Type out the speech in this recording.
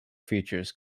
features